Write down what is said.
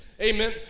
Amen